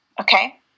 Okay